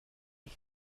est